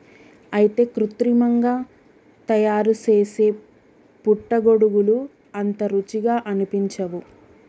అయితే కృత్రిమంగా తయారుసేసే పుట్టగొడుగులు అంత రుచిగా అనిపించవు